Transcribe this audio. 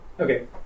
Okay